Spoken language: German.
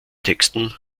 texten